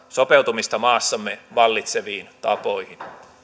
sopeutumista maassamme vallitseviin tapoihin